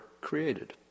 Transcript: created